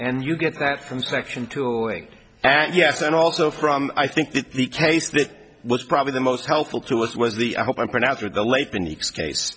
and you get that from section two and yes and also from i think that the case that was probably the most helpful to us was the i hope i'm pronouncing the late been eeks case